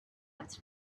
its